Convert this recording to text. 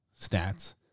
stats